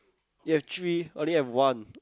you have three I only have one